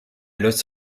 los